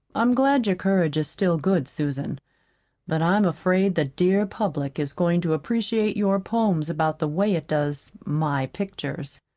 i'm glad your courage is still good, susan but i'm afraid the dear public is going to appreciate your poems about the way it does my pictures,